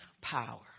power